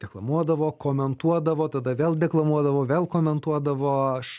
deklamuodavo komentuodavo tada vėl deklamuodavo vėl komentuodavo aš